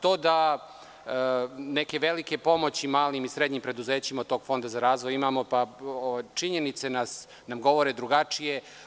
To da neke velike pomoći malim i srednjim preduzećima od Fonda za razvoj imamo, činjenice nam govore drugačije.